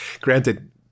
granted